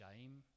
shame